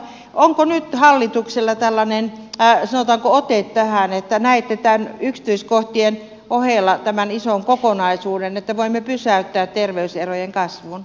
onko nyt hallituksella tällainen sanotaanko ote tähän että näette yksityiskohtien ohella tämän ison kokonaisuuden että voimme pysäyttää terveyserojen kasvun